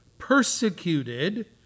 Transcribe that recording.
persecuted